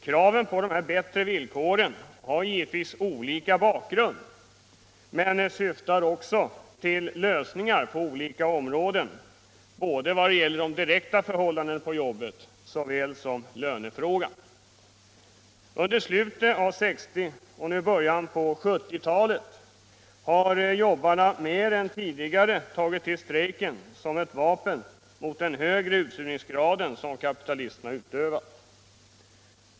Kraven på bättre villkor har givetvis olika bakgrund men syftar också till lösningar på olika områden, såväl beträffande förhållanden som direkt berör själva arbetet som i fråga om lönerna. Under slutet av 1960 och under 1970-talet har jobbarna mer än tidigare tagit till strejken som ett vapen mot den allt värre utsugning som kapitalisterna utövar.